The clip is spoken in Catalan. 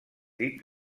dit